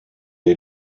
est